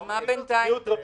ומה בינתיים?